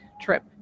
trip